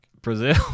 Brazil